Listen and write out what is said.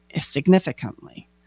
Significantly